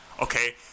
okay